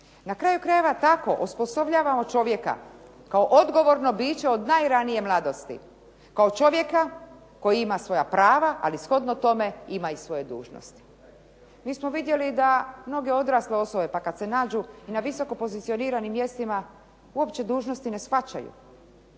Na kraju krajeva tako osposobljavamo čovjeka kao odgovorno biće od najranije mladosti, kao čovjeka koji ima svoja prava ali shodno tome ima i svoje dužnosti. Mi smo vidjeli da mnoge odrasle osobe pa kad se nađu na visoko pozicioniranim mjestima uopće dužnosti ne shvaćaju